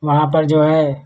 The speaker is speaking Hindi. वहाँ पर जो है